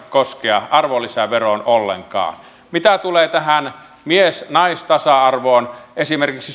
koskea arvonlisäveroon ollenkaan mitä tulee tähän mies naisasiaan tasa arvoon esimerkiksi